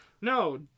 No